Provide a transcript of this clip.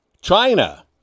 China